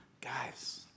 guys